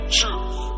truth